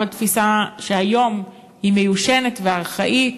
אבל תפיסה שהיום היא מיושנת וארכאית,